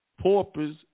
paupers